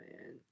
Man